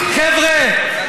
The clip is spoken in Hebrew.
חבר'ה,